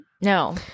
No